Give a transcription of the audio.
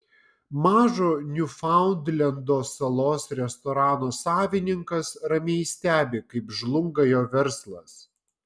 mažo niufaundlendo salos restorano savininkas ramiai stebi kaip žlunga jo verslas